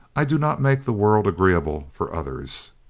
i do not make the world agree able for others.